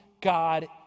God